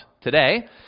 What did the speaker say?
today